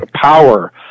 power